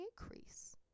increase